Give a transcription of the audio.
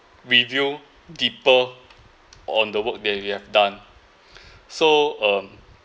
review deeper on the work they have done so um